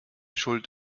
schuld